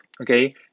okay